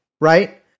right